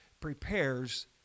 prepares